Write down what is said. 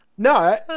No